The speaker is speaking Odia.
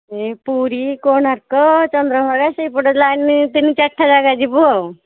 ଏଇ ପୁରୀ କୋଣାର୍କ ଚନ୍ଦ୍ରଭାଗା ସେଇପଟ ଲାଇନ୍ ତିନି ଚାରଟା ଜାଗା ଯିବୁ ଆଉ